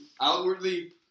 outwardly